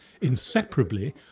inseparably